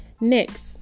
Next